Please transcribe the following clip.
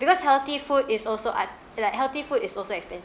because healthy food is also at~ like healthy food is also expensive